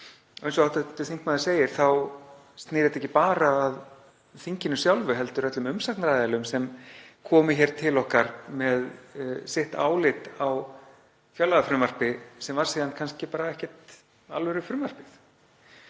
Eins og hv. þingmaður segir þá snýr þetta ekki bara að þinginu sjálfu heldur öllum umsagnaraðilum sem komu til okkar með sitt álit á fjárlagafrumvarpi sem var síðan kannski bara ekkert alvörufrumvarp.